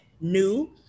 new